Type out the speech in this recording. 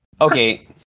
okay